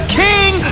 king